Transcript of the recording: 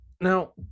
now